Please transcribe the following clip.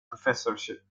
professorship